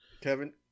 Kevin